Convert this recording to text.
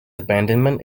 abandonment